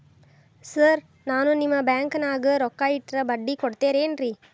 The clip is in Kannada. ಸರ್ ನಾನು ನಿಮ್ಮ ಬ್ಯಾಂಕನಾಗ ರೊಕ್ಕ ಇಟ್ಟರ ಬಡ್ಡಿ ಕೊಡತೇರೇನ್ರಿ?